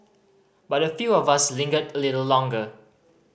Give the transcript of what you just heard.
but a few of us lingered a little longer